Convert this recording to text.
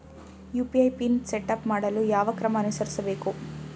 UPI PIN setup ಮಾಡಲು ಯಾವ ಕ್ರಮ ಅನುಸರಿಸಬೇಕು?